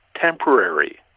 temporary